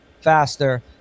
faster